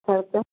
छै तऽ